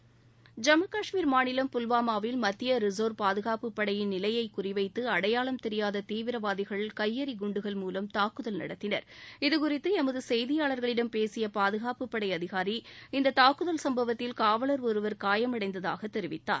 ஐம்மு கஷ்மீர் மாநிலம் புல்வாமாவில் மத்திய ரிசர்வ் பாதுகாப்பு படையின் நிலையை குறிவைத்து அடையாளம் தெரியாத தீவிரவாதிகள் கையெறி குண்டுகள் மூலம் தாக்குதல் நடத்தினர் இதுகுறித்து எமது செய்தியாளர்களிடம் பேசிய பாதுகாப்பு படை அதிகாரி இந்த தாக்குதல் சம்பவத்தில் காவலர் ஒருவர் காயம் அடைந்ததாக தெரிவித்தார்